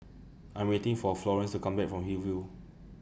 I'm waiting For Florence to Come Back from Hillview